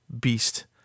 beast